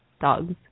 Dogs